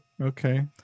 okay